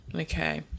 Okay